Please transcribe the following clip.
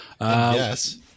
Yes